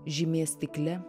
žymė stikle